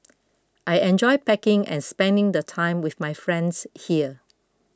I enjoy packing and spending the time with my friends here